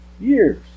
Years